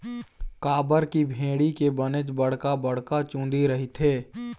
काबर की भेड़ी के बनेच बड़का बड़का चुंदी रहिथे